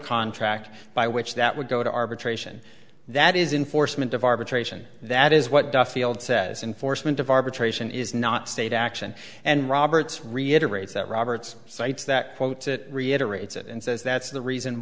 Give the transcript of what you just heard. contract by which that would go to arbitration that is in force mint of arbitration that is what duffield says enforcement of arbitration is not state action and roberts reiterates that roberts cites that quote to reiterate it and says that's the reason